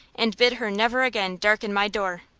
and bid her never again darken my door.